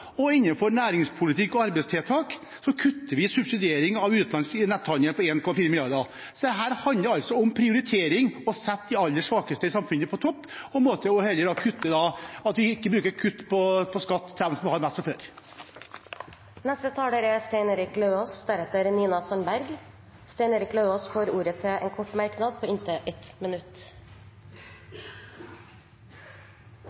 og innenfor næringspolitikk og arbeidstiltak kutter vi subsidiering av utenlandsk netthandel på 1,4 mrd.kr. Det handler om prioritering og om å sette de aller svakeste i samfunnet på topp, og vi kutter ikke skatten til dem som har mest fra før. Representanten Stein Erik Lauvås har hatt ordet to ganger tidligere i debatten og får ordet til en kort merknad, begrenset til 1 minutt.